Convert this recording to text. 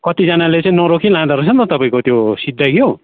कतिजनाले चाहिँ नरोकी लाँदोरहेछ नि त तपाईँको त्यो सिधै क्या हौ